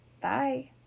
Bye